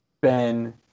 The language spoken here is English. Ben